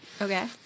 okay